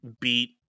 beat